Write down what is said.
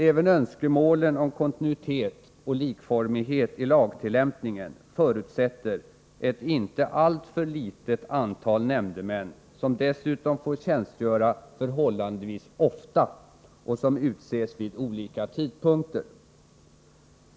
Även önskemålen om kontinuitet och likformighet i lagtillämpningen förutsätter ett ej alltför litet antal nämndemän, som dessutom får tjänstgöra förhållandevis ofta och som utses vid olika tidpunkter.